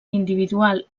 individual